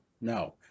no